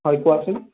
হয় কোৱাচোন